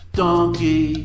donkey